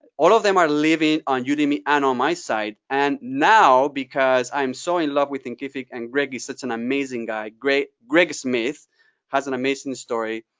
all of them are living on udemy and on my site, and now because i'm so in love with thinkific and greg is such an amazing guy, greg smith has an amazing story.